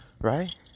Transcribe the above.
right